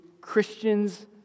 Christians